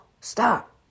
Stop